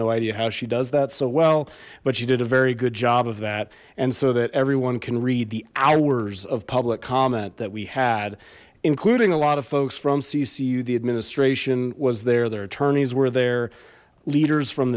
no idea how she does that so well but she did a very good job of that and so that everyone can read the hours of public comment that we had including a lot of folks from ccu the administration was there their attorneys were there leaders from